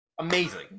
Amazing